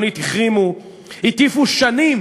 חוק-יסוד: משאל עם.